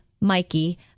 Mikey